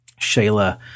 Shayla